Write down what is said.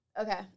Okay